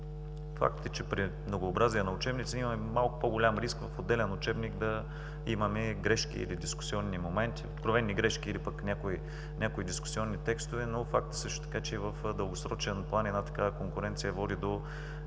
че при многообразие на учебници имаме малко по-голям риск в отделен учебник да имаме откровени грешки или някои дискусионни текстове, но факт е също така, че в дългосрочен план такава конкуренция води до